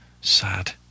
sad